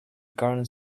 current